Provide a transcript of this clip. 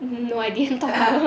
no I didn't topple